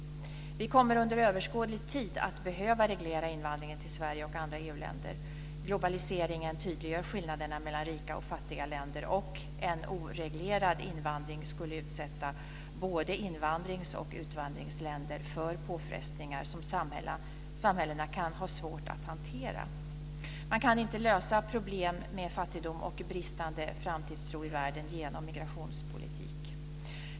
Vi kommer under överskådlig tid att behöva reglera invandringen till Sverige och andra EU-länder. Globaliseringen tydliggör skillnaden mellan rika och fattiga länder, och en oreglerad invandring skulle utsätta både invandrings och utvandringsländer för påfrestningar som samhällena kan ha svårt att hantera. Man kan inte lösa problem med fattigdom och bristande framtidstro i världen genom migrationspolitik.